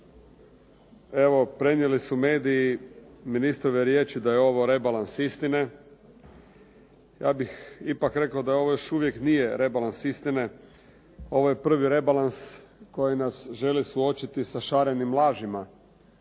Evo prenijeli su mediji ministrove riječi da je ovo rebalans istine. Ja bih ipak rekao da ovo još uvijek nije rebalans istine, ovo je prvi rebalans koji nas želi suočiti sa šarenim lažima